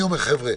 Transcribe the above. חבר'ה,